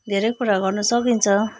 धेरै कुरा गर्न सकिन्छ